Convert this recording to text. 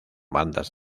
bandas